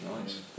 nice